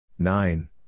Nine